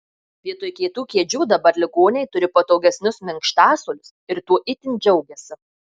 vietoj kietų kėdžių dabar ligoniai turi patogesnius minkštasuolius ir tuo itin džiaugiasi